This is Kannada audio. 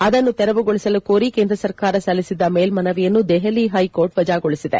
ಅದನ್ನು ತೆರವುಗೊಳಿಸಲು ಕೋರಿ ಕೇಂದ್ರ ಸರ್ಕಾರ ಸಲ್ಲಿಸಿದ್ದ ಮೇಲ್ಲನವಿಯನ್ನು ದೆಹಲಿ ಹೈಕೋರ್ಟ್ ವಜಾಗೊಳಿಸಿದೆ